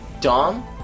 Dom